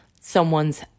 someone's